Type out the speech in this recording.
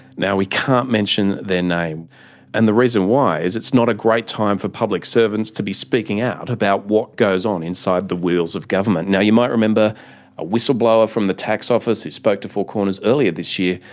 now we can't mention their name and the reason why is it's not a great time for public servants to be speaking out about what goes on inside the wheels of government. now you might remember a whistleblower from the tax office who spoke to four corners earlier this year,